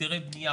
היתרי בנייה,